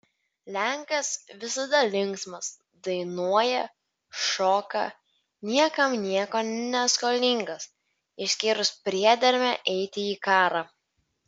lenkas visada linksmas dainuoja šoka niekam nieko neskolingas išskyrus priedermę eiti į karą